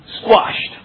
squashed